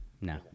no